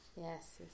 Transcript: Yes